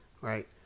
right